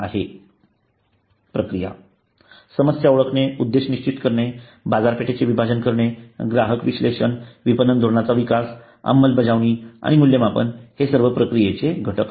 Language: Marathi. प्रक्रिया समस्या ओळखणे उद्देश निश्चित करणे बाजारपेठेचे विभाजन ग्राहक विश्लेषण विपणन धोरणाचा विकास अंमलबजावणी आणि मूल्यमापन हे सर्व प्रक्रियेचे घटक आहेत